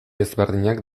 ezberdinak